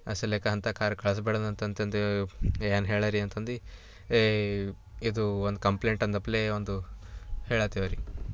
ಅಸಲಿಕ ಅಂಥ ಕಾರ್ ಕಳ್ಸ್ಬಾರ್ದಂತಂತಂದು ಏನ್ ಹೇಳರಿ ಅಂತಂದು ಏ ಇದು ಒಂದು ಕಂಪ್ಲೇಂಟ್ ಅಂದಪ್ಪಲೆ ಒಂದು ಹೇಳತೇವರಿ